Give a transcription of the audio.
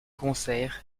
concerts